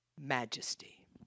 majesty